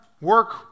work